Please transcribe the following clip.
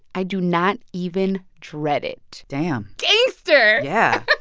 i do not even dread it damn gangster yeah